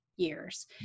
years